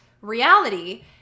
reality